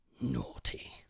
Naughty